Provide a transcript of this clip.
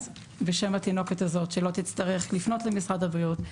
אז בשם התינוקת הזאת שלא תצטרך לפנות למשרד הבריאות,